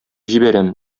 җибәрәм